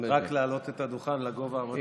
שרק להעלות את הדוכן לגובה המתאים,